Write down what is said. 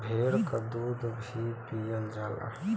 भेड़ क दूध भी पियल जाला